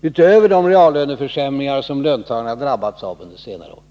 utöver de reallöneförsämringar som löntagarna drabbats av under senare år.